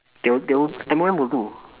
they will they will M_O_M will do